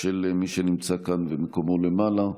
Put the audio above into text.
של מי שנמצא כאן ומקומו למעלה.